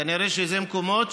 כנראה שאלה מקומות